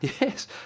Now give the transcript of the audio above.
Yes